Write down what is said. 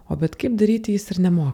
o bet kaip daryti jis ir nemoka